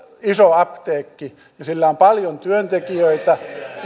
iso apteekki ja sillä on paljon työntekijöitä